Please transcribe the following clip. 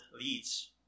leads